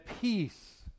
peace